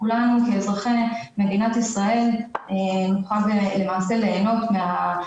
כולה כוללת הכשרות ענפיות,